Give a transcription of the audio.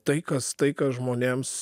tai kas tai kas žmonėms